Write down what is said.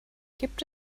gibt